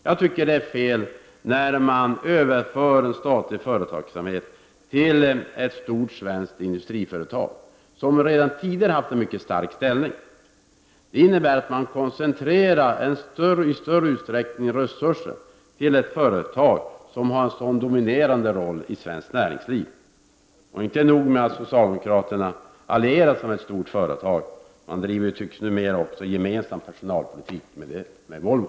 Jag tycker att det är fel att överföra en statlig företagsamhet till ett stort svenskt industriföretag, som redan tidigare har en mycket stark ställning. Det innebär att man i ännu större utsträckning koncentrerar resurser till ett företag som har en dominerande roll i svenskt näringsliv. Inte nog med att socialdemokraterna allierar sig med ett stort företag, utan man tycks också driva en gemensam personalpolitik med Volvo.